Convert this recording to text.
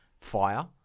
Fire